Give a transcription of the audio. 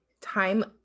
time